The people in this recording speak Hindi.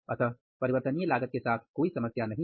अतः परिवर्तनीय लागत के साथ कोई समस्या नहीं है